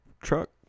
truck